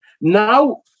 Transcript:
Now